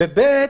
וסעיף 22כב(ב),